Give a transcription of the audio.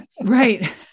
Right